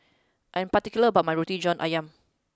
I am particular about my Roti John Ayam